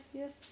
yes